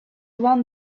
one